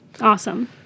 Awesome